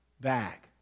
back